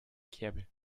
kerbe